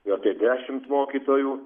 apie dešimt mokytojų